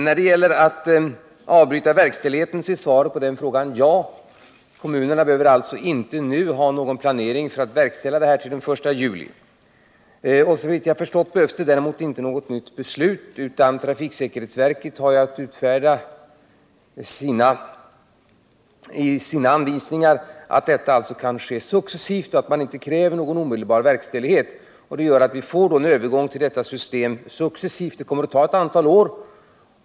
När det gäller att avbryta verkställigheten så är svaret på den frågan ja. Kommunerna behöver alltså inte nu ha någon planering för att verkställa den här ändringen till den 1 juli. Såvitt jag har förstått behövs det däremot inte något nytt beslut, utan trafiksäkerhetsverket har att utfärda sina anvisningar att ändringen kan ske successivt och att regeringen inte kräver någon omedelbar verkställighet. Det gör att vi får en successiv övergång till det nya systemet. Det kommer att ta ett antal år.